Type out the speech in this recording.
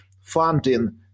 funding